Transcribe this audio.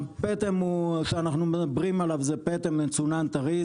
הפטם שאנחנו מדברים עליו זה פטם מצונן טרי,